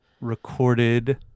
recorded